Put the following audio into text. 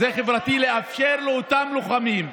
זה חברתי לאפשר לאותם לוחמים,